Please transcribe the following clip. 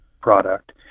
product